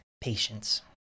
patience